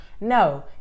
No